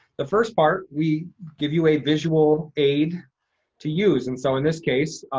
the first part, we give you a visual aid to use. and so in this case,